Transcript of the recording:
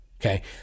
Okay